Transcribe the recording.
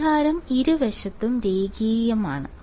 പരിഹാരം ഇരുവശത്തും രേഖീയമാണ്